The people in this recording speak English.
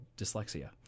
dyslexia